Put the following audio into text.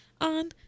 On